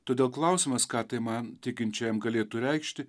todėl klausimas ką tai man tikinčiajam galėtų reikšti